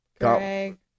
Greg